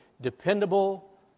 dependable